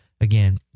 Again